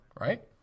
Right